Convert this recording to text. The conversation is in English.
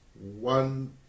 one